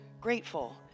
grateful